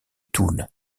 toul